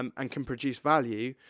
um and can produce value,